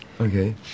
Okay